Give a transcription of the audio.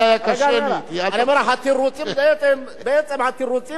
אני אומר לך, בעצם, התירוצים, איך הם מגיעים?